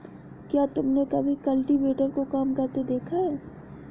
क्या तुमने कभी कल्टीवेटर को काम करते देखा है?